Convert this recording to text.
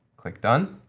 click done,